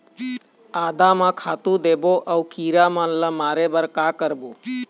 आदा म का खातू देबो अऊ कीरा हमन ला मारे बर का करबो?